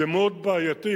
זה מאוד בעייתי.